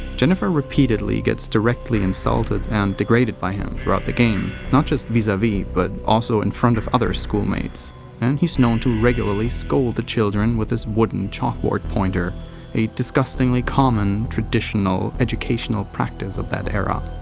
jennifer repeatedly gets directly insulted and degraded by him throughout the game, not just vis-a-vis but also in front of other schoolmates and he's known to regularly scold the children with his wooden chalkboard pointer a disgustingly common, traditional educational practice of that era.